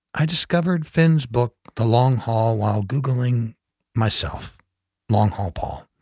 i discovered finn's book, the long haul, while googling myself long haul paul.